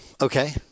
Okay